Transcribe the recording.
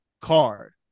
card